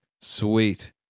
sweet